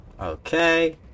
Okay